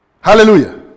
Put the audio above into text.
Hallelujah